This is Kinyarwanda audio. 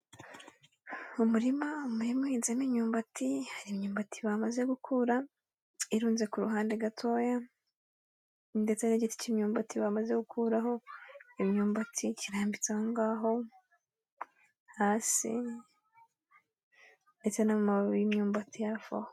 Umurima, umurima uhinzemo imyumbati, hari imyumbati bamaze gukura irunze ku ruhande gatoya, ndetse n'igiti cy'imyumbati bamaze gukuraho imyumbati kirambitse aho ngaho hasi, ndetse n'amababi y'imyumbati hafi aho.